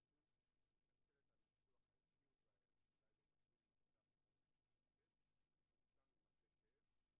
נותר לי רק לברך על הדבר הזה, ותשלימו את זה.